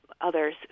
others